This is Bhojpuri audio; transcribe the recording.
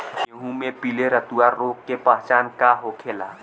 गेहूँ में पिले रतुआ रोग के पहचान का होखेला?